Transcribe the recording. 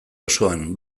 osoan